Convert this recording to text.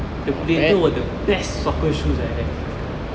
the predator was the best soccer shoes I had